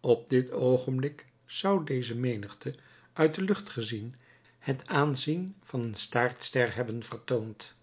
op dit oogenblik zou deze menigte uit de lucht gezien het aanzien van een staartster hebben vertoond